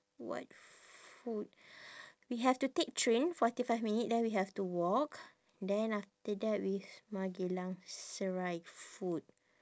what food we have to take train forty five minute then we have to walk then after that wisma geylang serai food